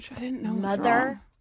mother